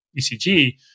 ECG